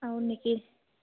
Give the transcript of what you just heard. আৰু নেকি